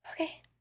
Okay